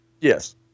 Yes